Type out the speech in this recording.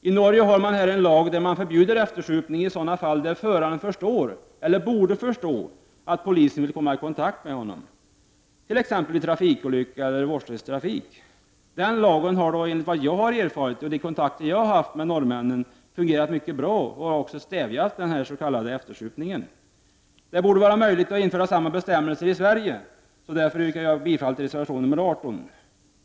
I Norge finns en lag som förbjuder eftersupning i sådana fall där föraren förstår eller borde förstå att polisen vill komma i kontakt med honom, t.ex. vid trafikolycka eller vårdslöshet i trafik. Denna lag har enligt dem jag varit i kontakt med fungerat bra och har också stävjat den s.k. eftersupningen. Det borde vara möjligt att införa samma bestämmelser i Sverige. Därför yrkar jag bifall även till reservationen nr 18.